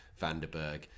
Vanderberg